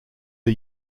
are